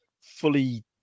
fully